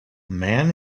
man